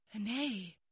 Nay